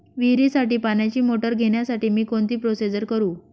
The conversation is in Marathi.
विहिरीसाठी पाण्याची मोटर घेण्यासाठी मी कोणती प्रोसिजर करु?